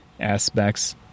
Aspects